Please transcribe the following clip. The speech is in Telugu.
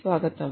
స్వాగతం